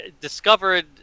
discovered